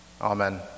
Amen